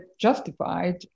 justified